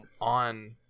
on